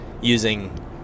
using